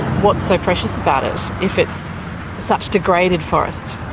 what's so precious about it if it's such degraded forest?